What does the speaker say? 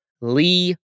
lee